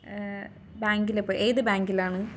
ബാങ്കിൽ ഇപ്പോൾ ഏത് ബാങ്കിലാണ്